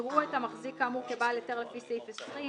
יראו את המחזיק כאמור כבעל היתר לפי סעיף 20,